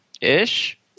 ish